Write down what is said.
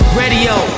radio